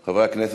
החברתיות,